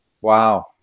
Wow